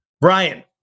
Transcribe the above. Brian